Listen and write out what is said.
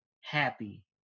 happy